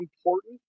important